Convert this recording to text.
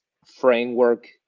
framework